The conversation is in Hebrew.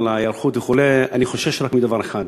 ההיערכות וכו' אני חושש רק מדבר אחד: